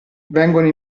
vengono